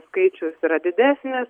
skaičius yra didesnis